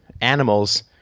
animals